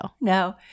No